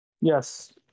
Yes